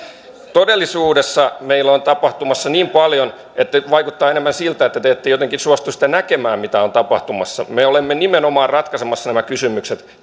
todellisuudessa meillä on tapahtumassa niin paljon että nyt vaikuttaa enemmän siltä että te ette jotenkin suostu näkemään sitä mitä on tapahtumassa me olemme nimenomaan ratkaisemassa nämä kysymykset